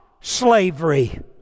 slavery